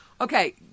Okay